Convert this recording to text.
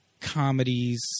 Comedies